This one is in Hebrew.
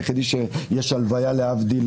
היחיד כשיש הלוויה להבדיל,